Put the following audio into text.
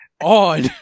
on